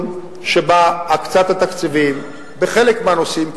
שבו הקצאת התקציבים וחלק מהנושאים,